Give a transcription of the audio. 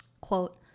Quote